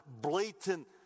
blatant